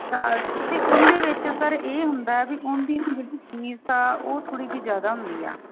ਤੁਸੀਂ ਉਹਦੇ ਵਿੱਚ ਸਰ ਇਹ ਹੁੰਦਾ ਵੀ ਉਹਦੀ ਫੀਸ ਆ ਉਹ ਥੋੜ੍ਹੀ ਜਿਹੀ ਜ਼ਿਆਦਾ ਹੁੰਦੀ ਆ